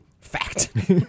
Fact